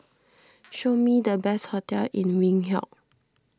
show me the best hotels in Windhoek